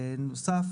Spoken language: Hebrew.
ובנוסף,